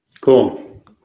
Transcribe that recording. cool